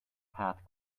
path